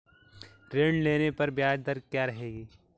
ऋण लेने पर ब्याज दर क्या रहेगी?